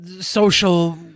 social